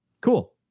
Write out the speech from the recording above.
Cool